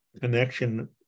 connection